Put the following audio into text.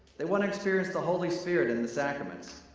they wanna experience the holy spirit and in the sacraments.